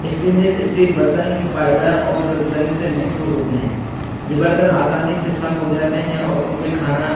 stainless steel برتن پائیدار اور زنگ سے محفوظ ہوتے ہیں یہ برتن آسانی سے صاف ہو جاتے ہیں اور ان میں کھانا